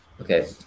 Okay